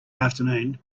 afternoon